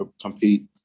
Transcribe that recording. compete